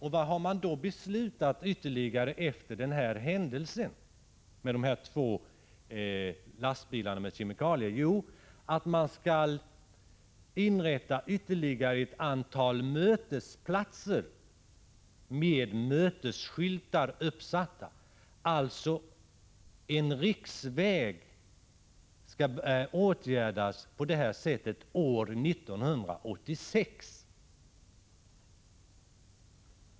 Vad har man då beslutat ytterligare efter händelsen med de här två lastbilarna med kemikalier? Jo, att man skall inrätta ytterligare ett antal mötesplatser med uppsatta mötesskyltar. En riksväg skall alltså åtgärdas på det sättet år 1986!